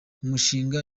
umushinga